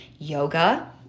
yoga